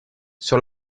sur